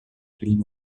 clean